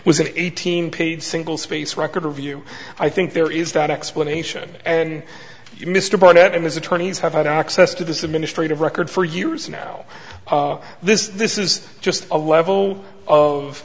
was an eighteen page single spaced record of you i think there is that explanation and mr barnett and his attorneys have had access to this administrative record for years now this this is just a level of